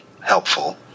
Helpful